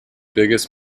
biggest